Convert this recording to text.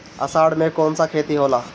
अषाढ़ मे कौन सा खेती होला?